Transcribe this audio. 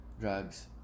drugs